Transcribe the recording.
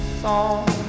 song